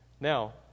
Now